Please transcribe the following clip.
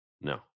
No